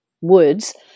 woods